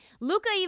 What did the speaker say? Luca